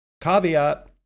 Caveat